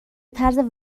طرز